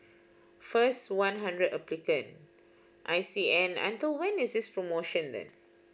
first one hundred applicant I see and until when is this promotion end